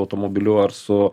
automobiliu ar su